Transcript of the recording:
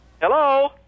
Hello